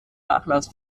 nachlass